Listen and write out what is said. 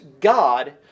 God